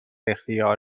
اختیار